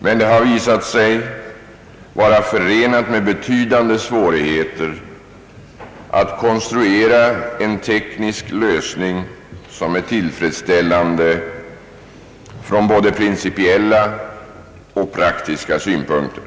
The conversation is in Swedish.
Men det har visat sig vara förenat med betydande svårigheter att konstruera en teknisk lösning som är tillfredsställande från både principiella och praktiska synpunkter.